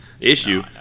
issue